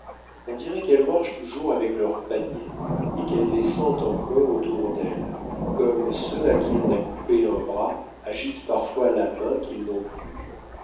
on dirait qu'elles marchent toujours avec leurs paniers et qu'elles les sentent encore autour d'elles comme ceux à qui l'on a coupé un bras agitent parfois la main qu'ils n'ont plus